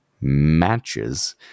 matches